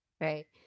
Right